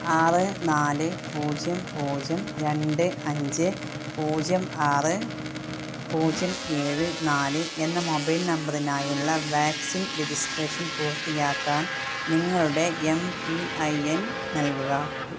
ആറ് നാല് പൂജ്യം പൂജ്യം രണ്ട് അഞ്ച് പൂജ്യം ആറ് പൂജ്യം ഏഴ് നാല് എന്ന മൊബൈൽ നമ്പറിനായുള്ള വാക്സിൻ രജിസ്ട്രേഷൻ പൂർത്തിയാക്കാൻ നിങ്ങളുടെ എം പി ഐ എൻ നൽകുക